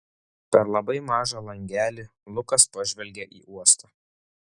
per labai mažą langelį lukas pažvelgė į uostą